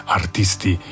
artisti